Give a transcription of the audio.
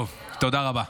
טוב, תודה רבה.